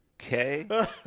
okay